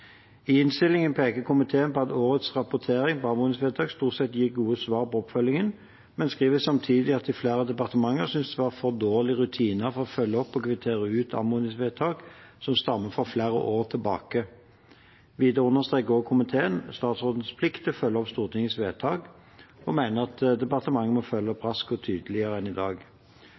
I innstillingen peker komiteen på at årets rapportering på anmodningsvedtak stort sett gir gode svar på oppfølgingen, men skriver samtidig at i flere departementer synes det å være for dårlige rutiner for å følge opp og kvittere ut anmodningsvedtak som stammer fra flere år tilbake. Videre understreker også komiteen statsrådens plikt til å følge opp Stortingets vedtak og mener at departementet må følge opp raskere og tydeligere enn i dag.